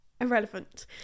irrelevant